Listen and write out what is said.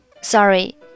Sorry